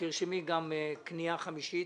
תרשמי גם כניעה חמישית,